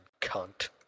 cunt